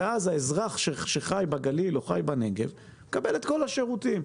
אז האזרח שחי בגליל או בנגב מקבל את השירותים.